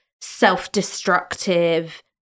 self-destructive